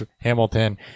Hamilton